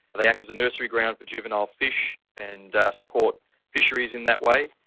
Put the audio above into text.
they act as a nursery ground for juvenile fish and support fisheries in that way.